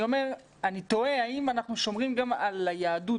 אני תוהה האם אנחנו שומרים גם על היהדות?